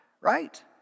Right